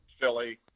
Philly